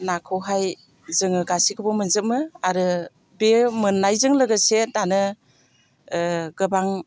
नाखौहाय जोङो गासैखौबो मोनजोबो आरो बे मोननायजों लोगोसे दानो गोबां